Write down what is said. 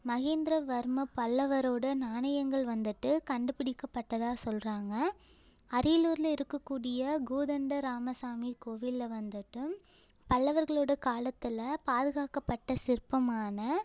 மகேந்திரவர்ம பல்லவரோட நாணயங்கள் வந்துட்டு கண்டுபிடிக்கப்பட்டதாக சொல்கிறாங்க அரியலூர்ல இருக்கக்கூடிய கோதண்டராமசாமி கோவில்ல வந்துட்டு பல்லவர்களோட காலத்தில் பாதுகாக்கப்பட்ட சிற்பமான